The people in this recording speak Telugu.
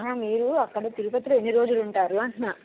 మీరు అక్కడ తిరుపతిలో ఎన్ని రోజులు ఉంటారు అంటున్నాను